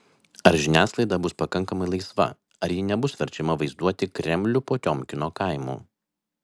ar žiniasklaida bus pakankamai laisva ar ji nebus verčiama vaizduoti kremlių potiomkino kaimu